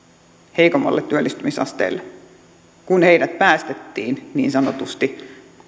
heikommalle työllistymisasteelle kun heidät päästettiin niin sanotusti